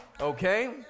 Okay